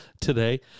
today